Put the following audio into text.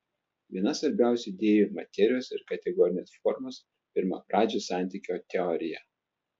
viena svarbiausių idėjų materijos ir kategorinės formos pirmapradžio santykio teorija